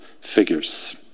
figures